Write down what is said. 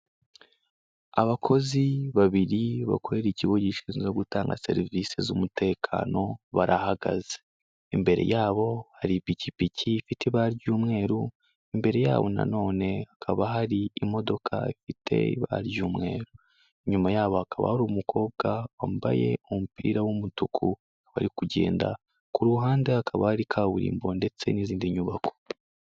Abakozi babiri bakorera ikigo gishinzwe gutanga serivise z'umutekano barahagaze, imbere yabo hari ipikipiki ifite ibara ry'umweru, imbere yabo na none hakaba hari imodoka ifite iba ry'umweru, inyuma yaho hakaba hari umukobwa wambaye umupira w'umutuku bari kugenda, ku ruhande hakaba hari kaburimbo ndetse n'izindi nyubako.